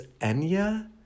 Enya